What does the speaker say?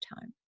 time